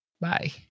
bye